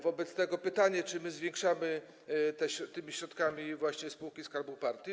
Wobec tego pytanie: Czy my wspieramy tymi środkami właśnie spółki skarbu partii?